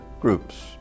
groups